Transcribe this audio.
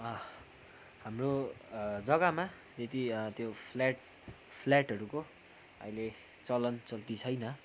हाम्रो जग्गामा त्यति त्यो फ्ल्याट्स फ्ल्याटहरूको अहिले चलन चल्ती छैन